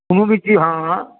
कोनो भी चीज हँ